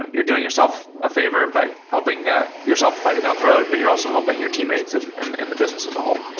you're doing yourself a favor by helping ah yourself to find it down the road, but you're also helping your teammates and and and the business as a whole.